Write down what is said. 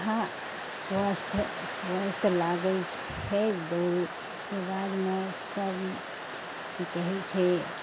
अच्छा स्वास्थ स्वास्थ लागै छै दौड़यके बादमे सब की कहै छै